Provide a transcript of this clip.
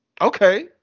Okay